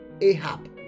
Ahab